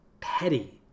petty